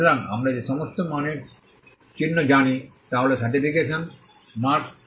সুতরাং আমরা যে সমস্ত মানের চিহ্ন জানি তা হল সার্টিফিকেশন মার্ক